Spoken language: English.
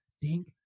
Dink